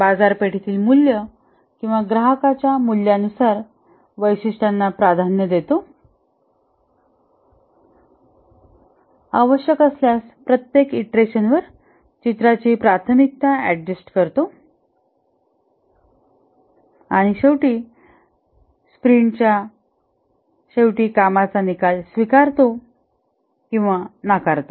बाजारपेठेतील मूल्य किंवा ग्राहकांच्या मूल्यानुसार वैशिष्ट्यांना प्राधान्य देतो आवश्यक असल्यास प्रत्येक ईंटरेशनवर चित्राची प्राथमिकता अड्जस्ट करतो आणि शेवटी स्प्रिंटच्या शेवटी कामाचा निकाल स्वीकारतो किंवा नाकारतो